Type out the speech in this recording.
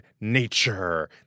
nature